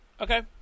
Okay